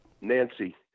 Nancy